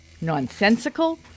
Nonsensical